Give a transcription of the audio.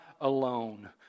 alone